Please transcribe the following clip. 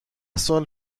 سال